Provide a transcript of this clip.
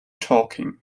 talking